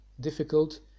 difficult